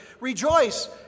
Rejoice